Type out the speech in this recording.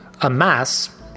amass